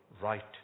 right